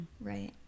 Right